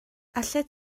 allet